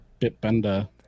Bitbender